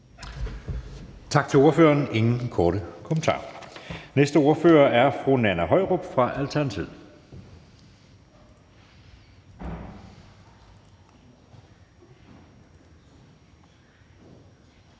Tak til ordføreren, ingen korte bemærkninger. Næste ordfører er fru Nanna Høyrup fra Alternativet.